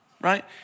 right